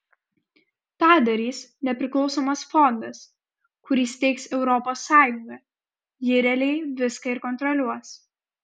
tą darys nepriklausomas fondas kurį steigs europos sąjunga ji realiai viską ir kontroliuos